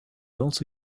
also